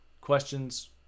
questions